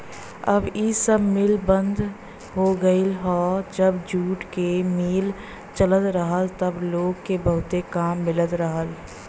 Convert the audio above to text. अब इ सब मिल बंद हो गयल हौ जब जूट क मिल चलत रहल त लोग के बहुते काम मिलत रहल